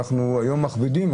אנחנו היום מכבידים,